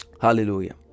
Hallelujah